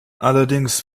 allerdings